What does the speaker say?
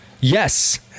Yes